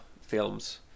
films